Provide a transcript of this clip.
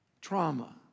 Trauma